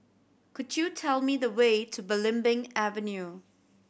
could you tell me the way to Belimbing Avenue